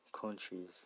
countries